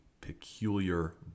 Peculiar